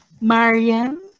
Marian